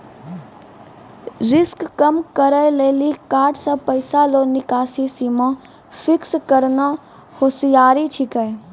risk कम करै लेली कार्ड से पैसा रो निकासी सीमा फिक्स करना होसियारि छिकै